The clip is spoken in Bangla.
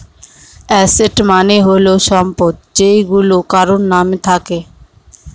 এসেট মানে হল সম্পদ যেইগুলা কারোর নাম থাকে